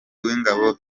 w’ingabo